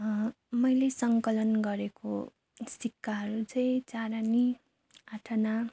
मैले सङ्कलन गरेको सिक्काहरू चाहिँ चारानी आठाना